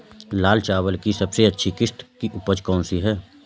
लाल चावल की सबसे अच्छी किश्त की उपज कौन सी है?